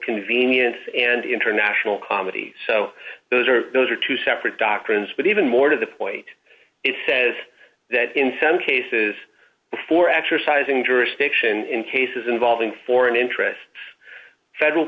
convenience and international comedy so those are those are two separate doctrines but even more to the point it says that in some cases for exercising jurisdiction in cases involving foreign interests federal